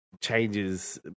changes